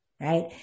right